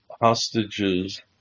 hostages